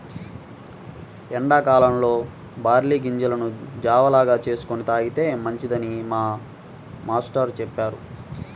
ఎండా కాలంలో బార్లీ గింజలను జావ లాగా చేసుకొని తాగితే మంచిదని మా మేష్టారు చెప్పారు